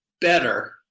better